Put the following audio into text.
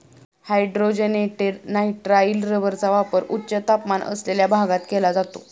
hydrogenated nitrile रबरचा वापर उच्च तापमान असलेल्या भागात केला जातो